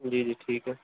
جی جی ٹھیک ہے